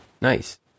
Nice